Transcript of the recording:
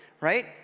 right